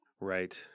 Right